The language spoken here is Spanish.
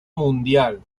mundial